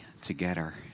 together